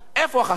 איפה החשמל?